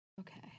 Okay